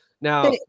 Now